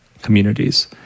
communities